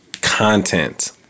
content